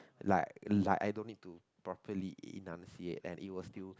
like like I don't need to properly enunciate and it will still